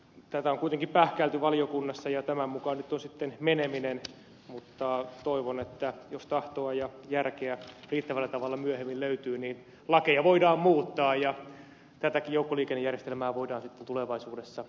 tätä on kuitenkin pähkäilty valiokunnassa ja tämän mukaan on nyt sitten meneminen mutta toivon että jos tahtoa ja järkeä riittävällä tavalla myöhemmin löytyy niin lakeja voidaan muuttaa ja tätäkin joukkoliikennejärjestelmää voidaan sitten tulevaisuudessa parantaa ja kehittää